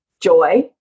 joy